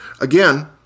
Again